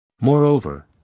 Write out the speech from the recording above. Moreover